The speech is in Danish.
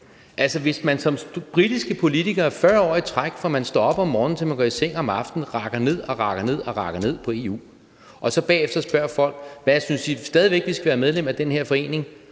hvis man som britiske politikere 40 år i træk – fra man står op om morgenen, til man går i seng om aftenen – rakker ned og rakker ned på EU og bagefter spørger folk, om de stadig væk synes, at de skal være medlem af den her forening,